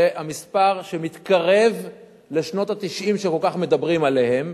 זה המספר שמתקרב לשנות ה-90, שכל כך מדברים עליהן,